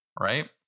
right